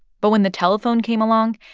but when the telephone came along,